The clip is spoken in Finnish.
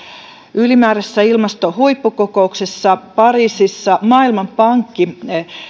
ylimääräisessä ilmastohuippukokouksessa pariisissa maailmanpankki